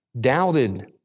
Doubted